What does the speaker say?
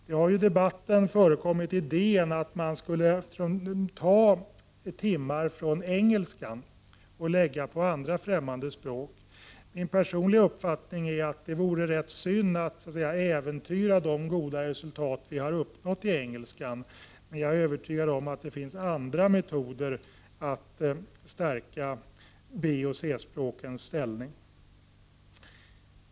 Det har i debatten förekommit förslag om att man skulle ta timmar från engelskan och lägga på andra främmande språk. Min personliga uppfattning är att det vore rätt synd att äventyra de goda resultat som vi har nått i engelskan. Jag är övertygad om att det finns andra metoder att stärka B och C språkens ställning.